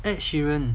adherent